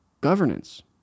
governance